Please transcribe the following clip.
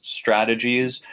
strategies